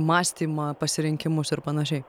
mąstymą pasirinkimus ir panašiai